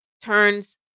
turns